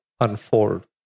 unfold